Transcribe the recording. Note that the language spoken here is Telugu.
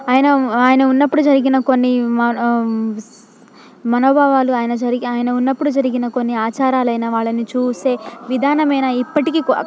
ఆయన ఆయన ఉన్నప్పుడు జరిగిన కొన్ని మా విస్ మనోభావాలు ఆయన జరిగి ఆయన ఉన్నప్పుడు జరిగిన కొన్ని ఆచారాలు అయిన వాళ్ళని చూసే విధానమేనా ఇప్పటికీ కొ కొన్ని